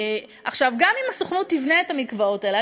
גם אם הסוכנות תבנה את המקוואות האלה,